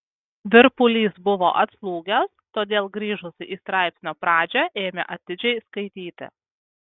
virpulys buvo atslūgęs todėl grįžusi į straipsnio pradžią ėmė atidžiai skaityti